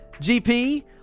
GP